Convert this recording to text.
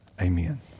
Amen